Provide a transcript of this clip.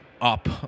Up